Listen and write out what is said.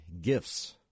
gifts